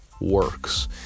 works